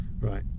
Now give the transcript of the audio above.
right